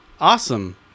awesome